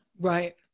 Right